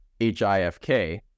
HIFK